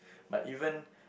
but even